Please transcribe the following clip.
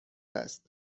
است